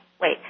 Wait